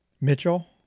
Mitchell